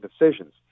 decisions